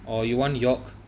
or you want york